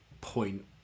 point